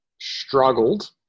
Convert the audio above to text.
struggled